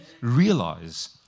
realize